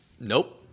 Nope